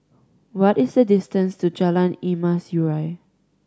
what is the distance to Jalan Emas Urai